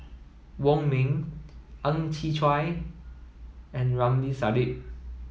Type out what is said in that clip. Wong Ming Ang Chwee Chai and Ramli Sarip